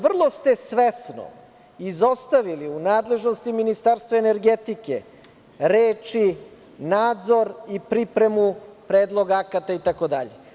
Vrlo ste svesno izostavili u nadležnosti Ministarstva energetike reči - nadzor i pripremu predlog akata itd.